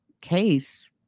case